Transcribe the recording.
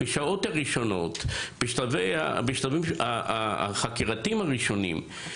בשעות הראשונות, בשלבים החקירתיים הראשונים.